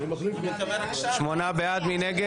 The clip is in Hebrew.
מי נגד?